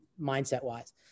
mindset-wise